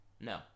No